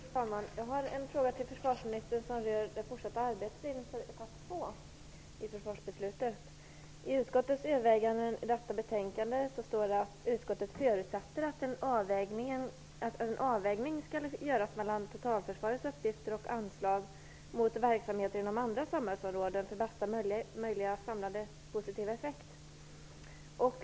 Fru talman! Jag har en fråga till försvarsministern som rör det fortsatta arbetet inför etapp 2 i försvarsbeslutet. I utskottets överväganden i detta betänkande står att utskottet förutsätter att en avvägning skall göras mellan totalförsvarets uppgifter och anslag samt verksamhet inom andra samhällsområden för att uppnå bästa möjliga samlade positiva effekt.